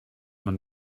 man